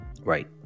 Right